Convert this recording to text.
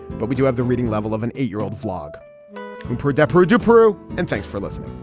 but we do have the reading level of an eight year old vlog per deborah de peru. and thanks for listening